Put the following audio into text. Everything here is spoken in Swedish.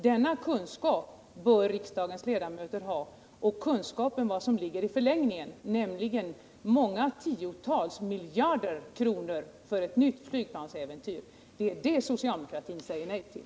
Denna kunskap bör riksdagens ledamöter ha och kunskapen om vad som ligger i förlängningen, nämligen många tiotals miljarder kronor för ett nytt flygplansäventyr. Det är det socialdemokratin säger nej till.